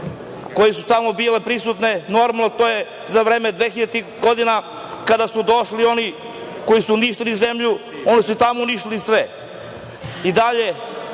koje su tamo bile prisutne. Normalno, to je za vreme dvehiljaditih godina, kada su došli oni koji su uništili zemlju, oni su i tamo uništili sve. Sada